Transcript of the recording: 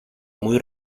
muy